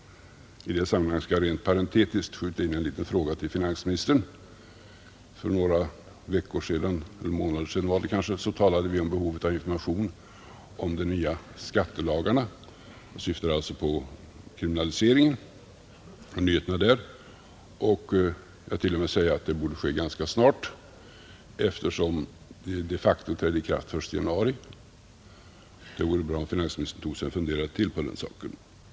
I det sammanhanget skall jag rent parentetiskt skjuta in en liten maning till finansministern. För några månader sedan talade vi om behovet av information om de nya skattelagarna — jag syftar alltså på nyheterna i fråga om kriminalisering — och jag tillät mig säga att det borde ges information ganska snart, eftersom lagarna de facto trädde i kraft den 1 januari. Det vore bra om finansministern tog sig en funderare till på den saken.